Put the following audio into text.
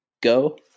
go